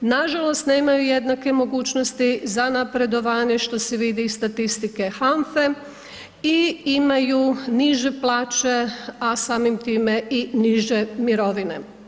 Nažalost, nemaju jednake mogućnosti za napredovanje, što se vidi iz statistike HANFA-e i imaju niže plaće, a samim time i niže mirovine.